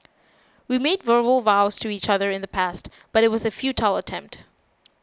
we made verbal vows to each other in the past but it was a futile attempt